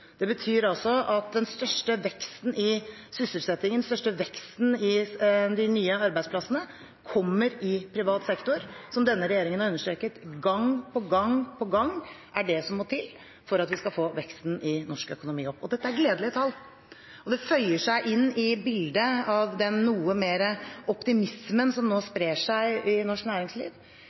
Det betyr at den største veksten i sysselsettingen, den største veksten i de nye arbeidsplassene, kommer i privat sektor, som denne regjeringen har understreket gang på gang er det som må til for at vi skal få veksten i norsk økonomi opp. Dette er gledelige tall, og de føyer seg inn i bildet av den noe større optimismen som nå sprer seg i norsk næringsliv.